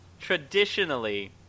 traditionally